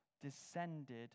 descended